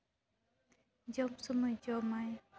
ᱡᱚᱢ ᱥᱚᱢᱚᱭ ᱡᱚᱢᱟᱭ